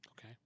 Okay